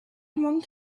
one